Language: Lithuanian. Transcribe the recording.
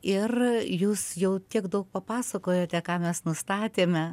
ir jūs jau tiek daug papasakojote ką mes nustatėme